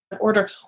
order